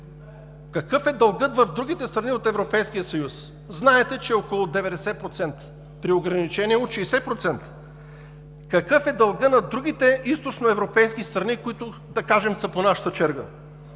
Какъв е дългът в другите страни от Европейския съюз? Знаете, че около 90%, при ограничение от 60%. Какъв е дългът на другите източноевропейски страни, които да кажем са по нашата черга?